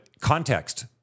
context